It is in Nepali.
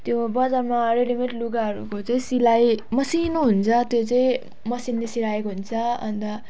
त्यो बजारमा रेडी मेड लुगाहरूको चााहिँ सिलाइ मसिनो हुन्छ त्यो चाहिँ मेसिनमा सिलाएको हुन्छ अन्त